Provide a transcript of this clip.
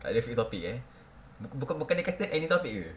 tak ada fixed topic ah bu~ bukan dia kata any topic ke